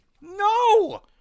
No